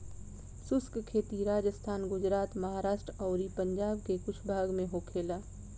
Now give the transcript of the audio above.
शुष्क खेती राजस्थान, गुजरात, महाराष्ट्र अउरी पंजाब के कुछ भाग में होखेला